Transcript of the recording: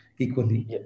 equally